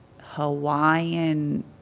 Hawaiian